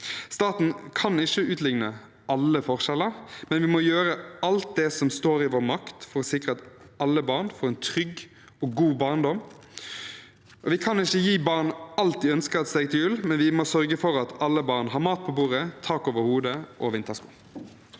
Staten kan ikke utligne alle forskjeller, men vi må gjøre alt det som står i vår makt for å sikre at alle barn får en trygg og god barndom. Vi kan ikke gi barn alt de ønsker seg til jul, men vi må sørge for at alle barn har mat på bordet, tak over hodet og vintersko.